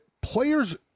players